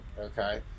okay